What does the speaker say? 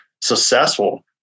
successful